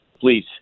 Please